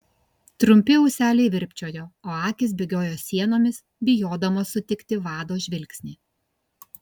trumpi ūseliai virpčiojo o akys bėgiojo sienomis bijodamos sutikti vado žvilgsnį